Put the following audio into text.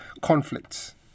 conflicts